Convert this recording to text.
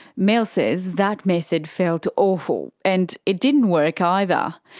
mel says that method felt awful, and it didn't work either.